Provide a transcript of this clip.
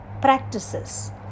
practices